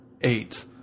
eight